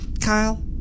Kyle